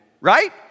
right